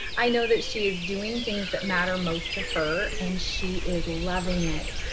i know that she is doing things that matter most to her and she is loving it.